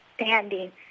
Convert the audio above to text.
standing